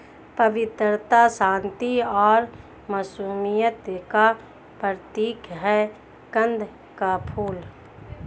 पवित्रता, शांति और मासूमियत का प्रतीक है कंद का फूल